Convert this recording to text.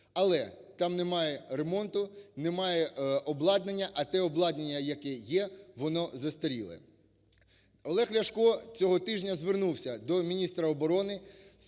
Але там немає ремонту, немає обладнання, а те обладнання, яке є, воно застаріле. Олег Ляшко цього тижня звернувся до міністра оборони